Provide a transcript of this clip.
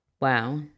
Wow